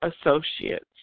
associates